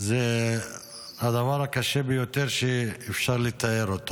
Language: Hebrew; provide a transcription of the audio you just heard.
זה הדבר הקשה ביותר שאפשר לתאר,